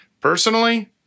Personally